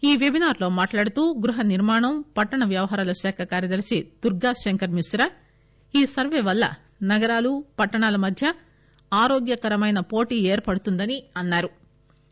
ఈ పెబినార్ లో మాట్లాడుతూ గృహ నిర్మాణం పట్టణ వ్యవహారాల శాఖ కార్యదర్శి దుర్గాశంకర్ మిశ్రా ఈ సర్వే వల్ల నగరాలు పట్టణాల మధ్య ఆరోగ్యకరమైన పోటీ ఏర్పడుతుందని అన్నారు